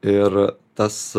ir tas